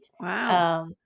Wow